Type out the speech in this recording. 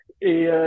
Et